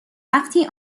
وقتی